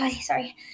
sorry